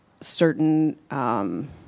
certain